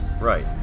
right